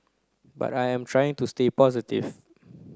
but I am trying to stay positive